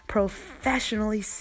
Professionally